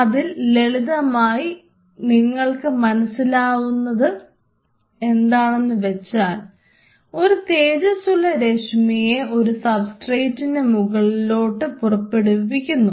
അതിൽ ലളിതമായി നിങ്ങൾക്ക് മനസ്സിലാക്കാവുന്നത് എന്താണെന്നുവെച്ചാൽ ഒരു തേജസ്സുള്ള രശ്മിയെ ഒരു സബ്സ്ട്രേറ്റിന്റെ മുകളിലോട്ട് പുറപ്പെടുവിക്കുന്നു